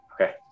Okay